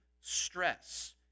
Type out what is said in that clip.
stress